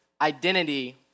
identity